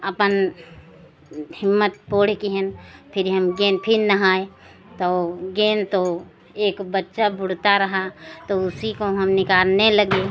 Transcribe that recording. अपन हिम्मत पोड़ किहेन फिर हम गए फिर नहाए तो गए तो एक बच्चा बूड़ता रहा तो उसी को हम निकालने लगे